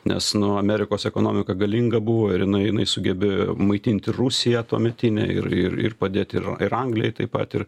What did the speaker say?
nes nu amerikos ekonomika galinga buvo ir jinai jinai sugebėjo maitinti rusiją tuometinę ir ir ir padėti ir ir anglijai taip pat ir